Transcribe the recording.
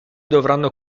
dovranno